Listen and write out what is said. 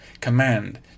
command